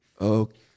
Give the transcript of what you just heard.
Okay